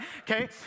Okay